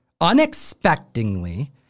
unexpectedly-